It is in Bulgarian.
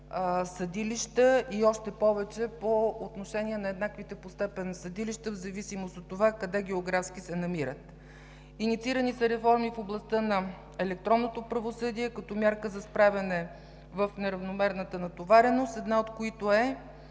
и още повече по отношение на еднаквите по степен съдилища, в зависимост от това къде географски се намират. Инициирани са реформи в областта на електронното правосъдие, като мярка за справяне в неравномерната натовареност, едната от които е